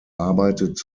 arbeitet